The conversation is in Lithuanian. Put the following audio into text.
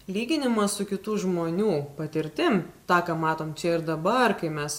lyginimas su kitų žmonių patirtim tą ką matom čia ir dabar kai mes